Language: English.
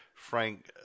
Frank